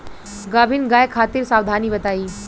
गाभिन गाय खातिर सावधानी बताई?